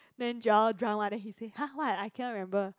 then Joel drunk mah he says !huh! what I cannot remember